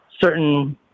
certain